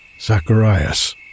Zacharias